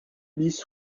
bis